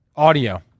Audio